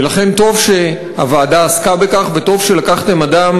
ולכן טוב שהוועדה עסקה בכך וטוב שלקחתם אדם